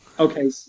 Okay